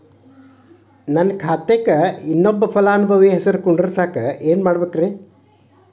ನನ್ನ ಖಾತೆಕ್ ಇನ್ನೊಬ್ಬ ಫಲಾನುಭವಿ ಹೆಸರು ಕುಂಡರಸಾಕ ಏನ್ ಮಾಡ್ಬೇಕ್ರಿ?